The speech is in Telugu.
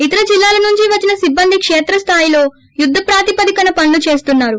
ఇతర జిల్లాల నుంచి వచ్చిన సిబ్బంది కేత్రస్థాయిలో యుద్గప్రాతిపదికన పనులు చేస్తున్నారు